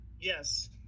Yes